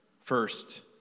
first